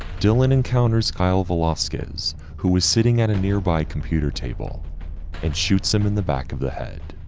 dylan encounters. kyle velasquez who was sitting at a nearby computer table and shoots him in the back of the head.